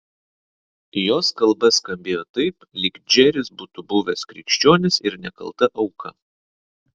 jos kalba skambėjo taip lyg džeris būtų buvęs krikščionis ir nekalta auka